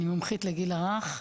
אני מומחית לגיל הרך,